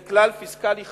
זה כלל פיסקלי חדש,